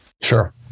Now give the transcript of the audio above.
Sure